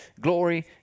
Glory